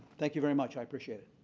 thank you very much. appreciate it.